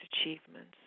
achievements